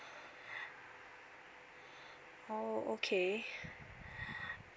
oh okay